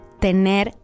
tener